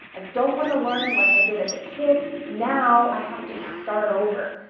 i don't want to learn like i did as a kid. now, i have to start over.